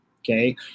Okay